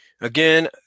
Again